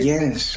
Yes